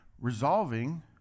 Resolving